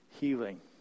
healing